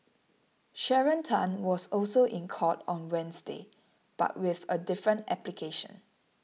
Sharon Tan was also in court on Wednesday but with a different application